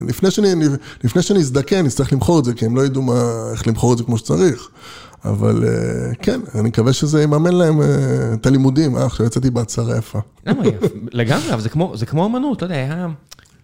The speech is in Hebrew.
לפני שאני אזדקן, אני אצטרך למכור את זה, כי הם לא ידעו איך למכור את זה כמו שצריך. אבל כן, אני מקווה שזה ייממן להם את הלימודים. אה, עכשיו יצאתי בהצהרה יפה. למה, לגמרי, זה כמו אמנות, לא יודע...